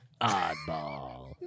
Oddball